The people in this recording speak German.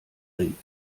bringen